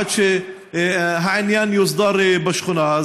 עד שהעניין יוסדר בשכונה.